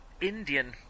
Indian